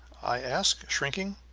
i asked, shrinking.